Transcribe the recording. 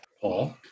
Paul